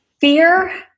fear